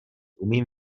umím